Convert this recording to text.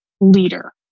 leader